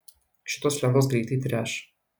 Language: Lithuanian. šitos lentos greitai treš